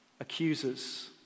accusers